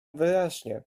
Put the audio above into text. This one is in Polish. wyraźnie